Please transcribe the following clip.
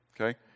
Okay